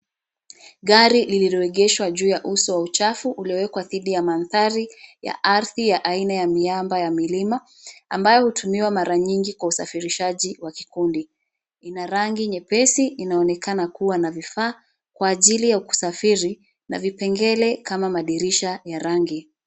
Gari lililoegeshwa juu ya uso wa uchafu uliowekwa dhidi ya mandhari ya ardhi ya aina ya miamba ya milima, ambayo hutumiwa mara nyingi kwa usafirishaji wa kikundi. Ina rangi nyepesi inaonekana kuwa na vifaa kwa ajili ya kusafiri na vipengele kama madirisha ya rangi.